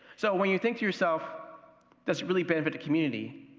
so, when you think to yourself does it really benefit the community,